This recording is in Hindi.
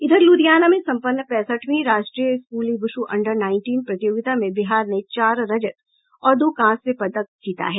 इधर लुधियाना में सम्पन्न पैंसठवीं राष्ट्रीय स्कूली वुशू अंडर नाईनटीन प्रतियोगिता में बिहार ने चार रजत और दो कांस्य पदक जीता है